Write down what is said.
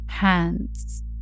Hands